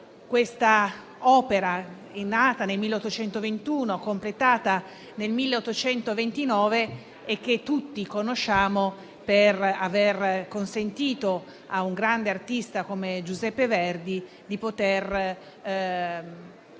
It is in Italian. momento l'opera, nata nel 1821 e completata nel 1829, è da tutti conosciuta per aver consentito a un grande artista come Giuseppe Verdi di poter